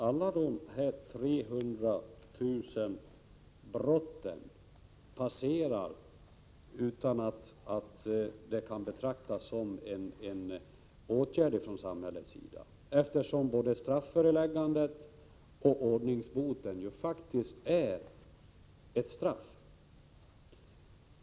Alla dessa 300 000 brott passerar ju inte utan att åtgärder har vidtagits från samhällets sida, eftersom både strafföreläggandet och ordningsboten faktiskt är att betrakta som straff.